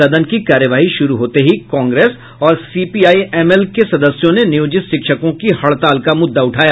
सदन की कार्यवाही शुरू होते ही कांग्रेस और सीपीआईएमएल के सदस्यों ने नियोजित शिक्षकों की हड़ताल का मुद्दा उठाया